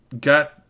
got